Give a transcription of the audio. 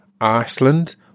Iceland